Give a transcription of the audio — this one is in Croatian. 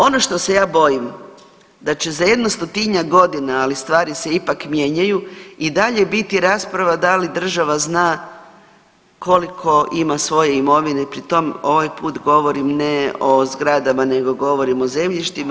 Ono što se ja bojim da će za jedno 100-tinjak godina, ali stvari se ipak mijenjaju i dalje biti rasprava da li država zna koliko ima svoje imovine, pri tom ovaj put govorim ne o zgradama nego govorim o zemljištima.